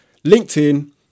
LinkedIn